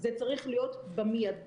זה צריך להיות במיידי.